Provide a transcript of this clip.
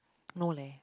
no leh